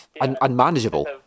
unmanageable